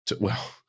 Well-